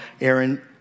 Aaron